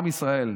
עם ישראל",